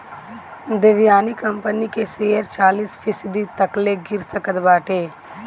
Devyani company के share चालीस फीसदी तकले गिर सकत बाटे